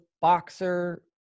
boxer